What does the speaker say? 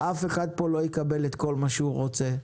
אף אחד לא יקבל פה כל מה שהוא רוצה,